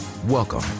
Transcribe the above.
Welcome